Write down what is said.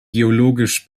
geologisch